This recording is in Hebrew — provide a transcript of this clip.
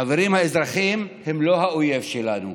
חברים, האזרחים הם לא האויב שלנו.